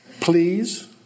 please